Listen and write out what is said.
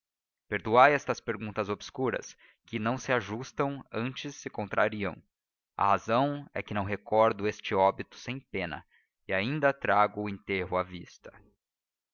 perdoai estas perguntas obscuras que se não ajustam antes se contrariam a razão é que não recordo este óbito sem pena e ainda trago o enterro à vista